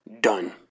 Done